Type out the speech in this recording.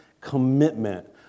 commitment